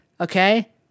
Okay